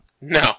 No